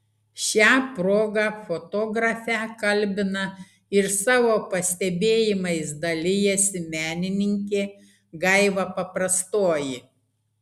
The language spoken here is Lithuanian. šia proga fotografę kalbina ir savo pastebėjimais dalijasi menininkė gaiva paprastoji